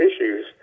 issues